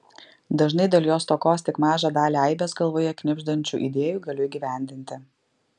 dažnai dėl jo stokos tik mažą dalį aibės galvoje knibždančių idėjų galiu įgyvendinti